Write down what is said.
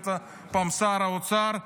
היית פעם שר האוצר,